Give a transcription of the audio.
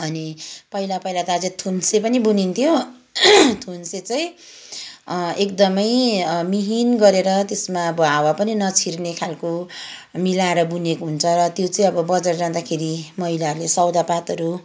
अनि पहिला पहिला त अझै थुन्से पनि बुनिनथ्यो थुन्से चाहिँ एकदमै मिहिन गरेर त्यसमा अब हाना पनि नछिर्ने खालको मिलाएर बुनिएको हुन्छ र त्यो चाहिँ अब बजार जाँदाखेरि महिलाहरूले सौदापातहरू